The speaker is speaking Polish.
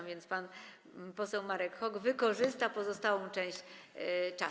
A więc pan poseł Marek Hok wykorzysta pozostały czas.